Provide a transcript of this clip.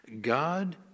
God